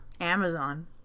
Amazon